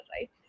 right